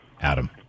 Adam